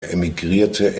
emigrierte